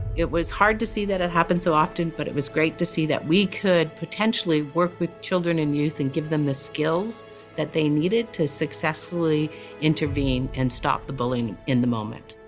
it was hard to see that it happened so often, but it was great to see that we could potentially work with children and youth and give them the skills that they needed to successfully intervene and stop the bullying in the moment.